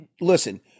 listen